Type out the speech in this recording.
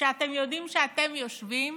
כשאתם יודעים שאתם יושבים